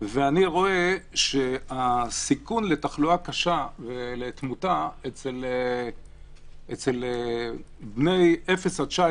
ואני רואה שהסיכון לתחלואה קשה ולתמותה אצל בני אפס עד 19